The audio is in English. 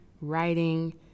writing